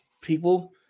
people